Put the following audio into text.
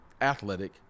athletic